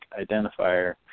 identifier